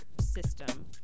system